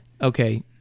okay